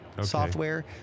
software